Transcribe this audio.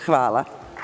Hvala.